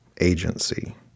agency